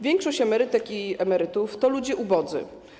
Większość emerytek i emerytów to ludzie ubodzy.